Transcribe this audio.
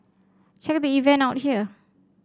check the event out here